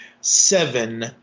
seven